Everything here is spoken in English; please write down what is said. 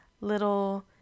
little